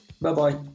Bye-bye